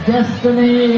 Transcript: Destiny